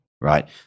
right